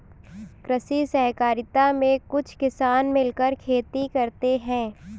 कृषि सहकारिता में कुछ किसान मिलकर खेती करते हैं